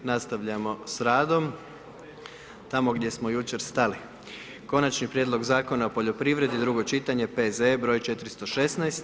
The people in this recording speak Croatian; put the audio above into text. Nastavljamo s radnom tamo gdje smo jučer stali. - Konačni prijedlog Zakona o poljoprivredi, drugo čitanje, P.Z.E. broj 416.